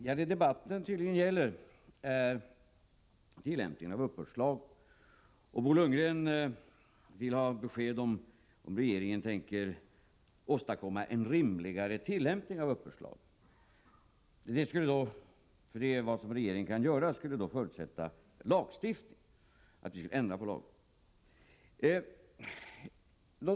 Herr talman! Det debatten gäller är tydligen tillämpningen av uppbördslagen. Bo Lundgren vill ha besked om ifall regeringen tänker åstadkomma en rimligare tillämpning av uppbördslagen. Det förutsätter att vi skulle ändra på lagen.